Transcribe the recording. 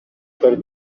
per